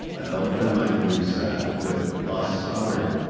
an old friend of mine who so who had lost his daughter